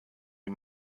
die